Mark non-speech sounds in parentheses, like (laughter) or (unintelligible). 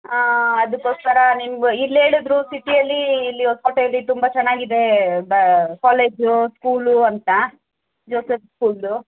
ಹಾಂ ಅದಕ್ಕೋಸ್ಕರ ನಿಮ್ದು ಇಲ್ಲಿ ಹೇಳಿದರು ಸಿಟಿಯಲ್ಲಿ (unintelligible) ತುಂಬ ಚೆನ್ನಾಗಿದೆ ಕಾಲೇಜು ಸ್ಕೂಲು ಅಂತ ಜೋಸೆಫ್ ಸ್ಕೂಲು